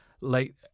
Late